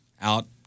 out